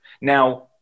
now